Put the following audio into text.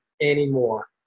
anymore